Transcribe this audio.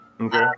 Okay